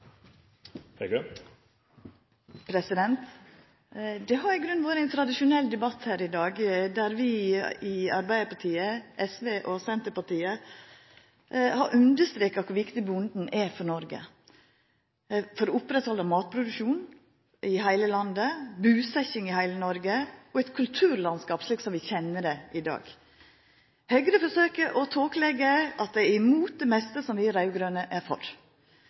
landbrukspolitikk? Det har i grunnen vore ein tradisjonell debatt her i dag, der vi i Arbeidarpartiet, SV og Senterpartiet har understreka kor viktig bonden er for Noreg for å oppretthalda matproduksjon og busetjing i heile landet, og eit kulturlandskap slik vi kjenner det i dag. Høgre forsøker å tåkeleggja at dei er imot det meste som vi raud-grøne er for.